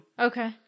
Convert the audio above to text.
Okay